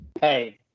Hey